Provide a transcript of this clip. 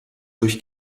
durch